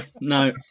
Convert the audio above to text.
no